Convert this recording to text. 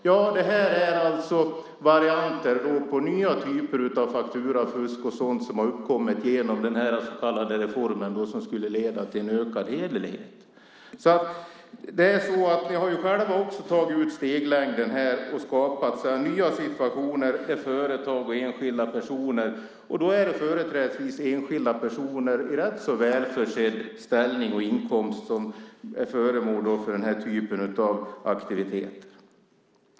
Jo, det här är varianter på nya typer av fakturafusk och sådant som har uppkommit genom den så kallade reformen som skulle leda till ökad hederlighet. Ni har ju själva tagit ut steglängden här och skapat nya situationer där företag och enskilda personer är inblandade. Det är företrädesvis enskilda personer i rätt välbeställd ställning och med hög inkomst som är föremål för uppmärksamhet när det gäller den här typen av aktiviteter.